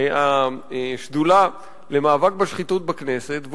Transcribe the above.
השדולה למאבק בשחיתות בכנסת,